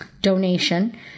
donation